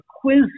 quiz